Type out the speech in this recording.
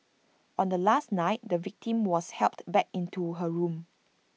on the last night the victim was helped back into her room